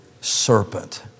serpent